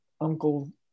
Uncle